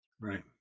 Right